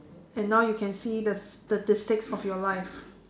and now you can see the statistics of your life